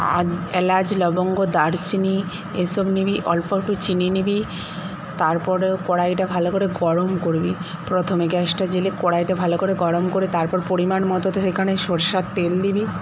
আর এলাচ লবঙ্গ দারচিনি এসব নিবি অল্প একটু চিনি নিবি তারপরে কড়াইটা ভালো করে গরম করবি প্রথমে গ্যাসটা জ্বেলে কড়াইটা ভালো করে গরম করে তারপর পরিমাণ মতো সেখানে সরষার তেল দিবি